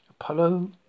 Apollo